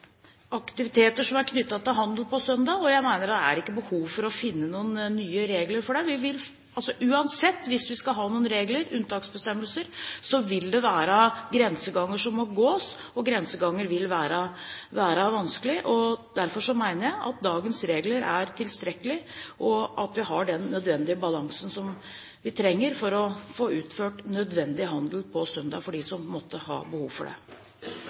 aktiviteter som er knyttet til handel på søndager. Jeg mener at det ikke er behov for å finne noen nye regler for det. Uansett: Hvis vi skal ha noen unntaksbestemmelser, vil det være grenseganger som må gås, og grenseganger vil være vanskelige. Derfor mener jeg at dagens regler er tilstrekkelige, og at vi har den nødvendige balansen som vi trenger for å få utført nødvendig handel på søndager, om vi måtte ha behov for det.